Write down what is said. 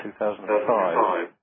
2005